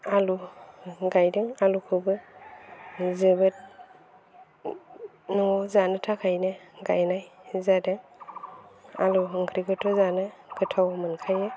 आलु गायदों आलुखौबो जोबोद न'आव जानो थाखायनो गायनाय जादों आलु ओंख्रिखौथ' जानो गोथाव मोनखायो